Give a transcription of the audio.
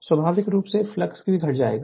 स्वाभाविक रूप से फ्लक्स भी घट जाएगा